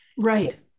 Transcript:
Right